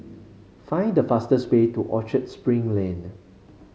find the fastest way to Orchard Spring Lane